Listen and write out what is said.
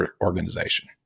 organization